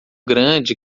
grande